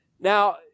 Now